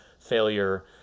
failure